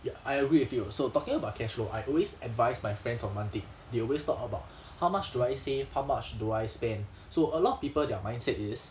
ya I agree with you so talking about cash flow I always advise my friends on one thing they always talk about how much do I save how much do I spend so a lot of people their mindset is